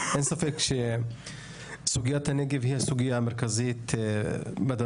אין ספק שסוגיית הנגב היא הסוגייה המרכזית בדרום.